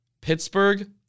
Pittsburgh